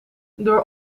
door